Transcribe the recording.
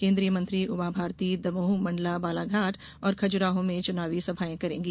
केन्द्रीय मंत्री उमा भारती दमोह मंडला बालाघाट और खजुराहो में चुनावी सभायें करेंगी